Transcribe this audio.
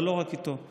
אבל לא רק איתו.